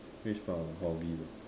which part of hobby lor